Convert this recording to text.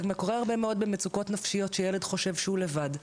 זה קורה הרבה מאוד במצוקות נפשיות שילד חושב שהוא לבד,